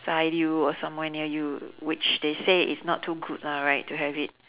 ~side you or somewhere near you which they say is not too good lah right to have it